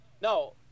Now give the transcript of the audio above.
No